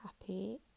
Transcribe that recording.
happy